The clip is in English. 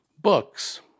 books